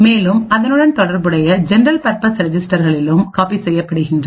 மேலும் அதனுடன் தொடர்புடைய ஜெனரல் பற்பஸ் ரெஜிஸ்டர்களிலும் காப்பி செய்யப்படுகின்றது